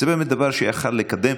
זה באמת דבר שיכול לקדם,